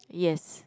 yes